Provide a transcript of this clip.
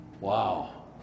Wow